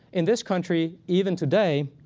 in this country, even today